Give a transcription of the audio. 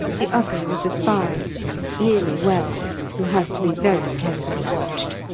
the other is a spy nearly well who has to be very carefully watched.